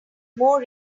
more